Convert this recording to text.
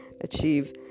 achieve